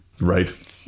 right